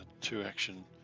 two-action